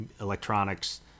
electronics